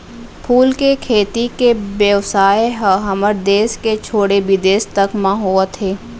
फूल के खेती के बेवसाय ह हमर देस के छोड़े बिदेस तक म होवत हे